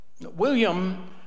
William